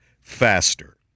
faster